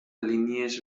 línies